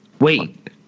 Wait